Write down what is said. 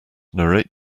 narrate